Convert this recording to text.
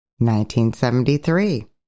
1973